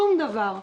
שום דבר.